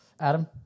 Adam